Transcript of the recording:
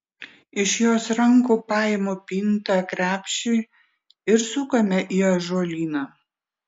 iš jos rankų paimu pintą krepšį ir sukame į ąžuolyną